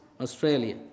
Australia